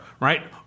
right